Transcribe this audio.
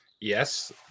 yes